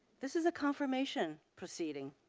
this is a confirmation proceeding.